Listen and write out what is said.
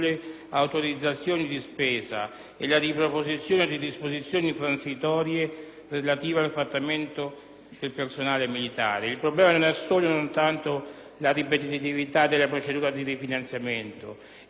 Il problema non è solo e non tanto la ripetitività della procedura di rifinanziamento. Il punto è che la discussione in Parlamento sta sempre più incentrandosi su aspetti tutto